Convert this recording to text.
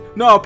no